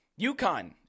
UConn